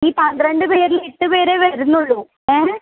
ഈ പന്ത്രണ്ട് പേരിൽ എട്ട് പേരെ വരുന്നുള്ളു ഏ